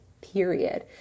period